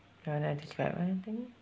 you want to describe anything